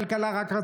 אומר, אין פה שאלה.